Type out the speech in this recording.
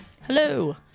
Hello